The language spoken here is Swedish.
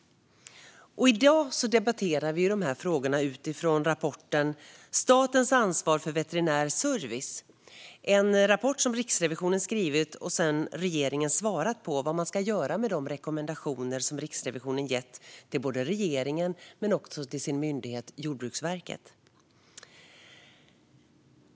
I dag debatterar vi de här frågorna utifrån rapporten Statens ansvar för veterinär service - Jordbruksverkets styrning och genomförande . Det är en rapport som Riksrevisionen har skrivit och som regeringen sedan har svarat på när det gäller vad man ska göra med de rekommendationer som Riksrevisionen har gett till både regeringen och myndigheten Jordbruksverket.